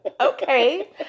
Okay